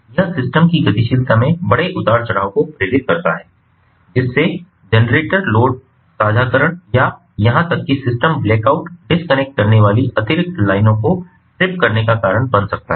यह सिस्टम की गतिशीलता में बड़े उतार चढ़ाव को प्रेरित करता है जिससे जेनरेटर लोड साझाकरण या यहां तक कि सिस्टम ब्लैकआउट डिस्कनेक्ट करने वाली अतिरिक्त लाइनों को ट्रिप करने का कारण बन सकता है